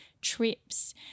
trips